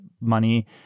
money